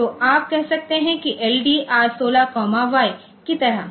तो आप कह सकते हैं कि LD R16 Y की तरह है